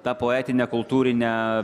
ta poetine kultūrine